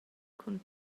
cun